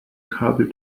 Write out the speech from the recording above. kabel